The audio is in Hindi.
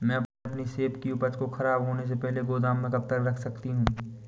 मैं अपनी सेब की उपज को ख़राब होने से पहले गोदाम में कब तक रख सकती हूँ?